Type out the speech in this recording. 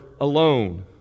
alone